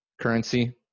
currency